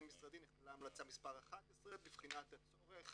משרדי נכללה המלצה מס' 11 בדבר הצורך